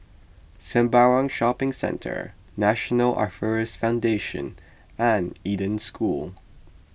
Sembawang Shopping Centre National Arthritis Foundation and Eden School